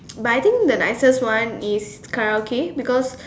but I think the nicest one is Karaoke because